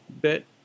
bit